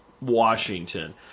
Washington